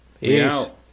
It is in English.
Peace